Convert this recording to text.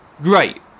Great